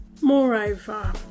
Moreover